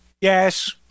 Yes